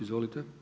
Izvolite.